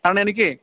കാരണം എനിക്ക്